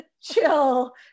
chill